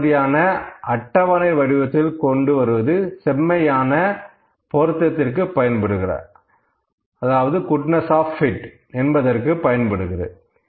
இந்த மாதிரியான அட்டவணை வடிவத்தில் கொண்டு வருவது செம்மையான பொருத்தத்திற்கு பயன்படுகிறது